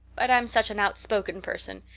but i'm such an outspoken person.